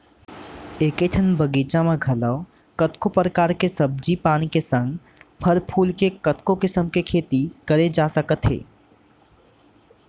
एके ठन बगीचा म घलौ कतको परकार के सब्जी पान के संग फर फूल के कतको किसम के खेती करे जा सकत हे